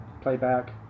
playback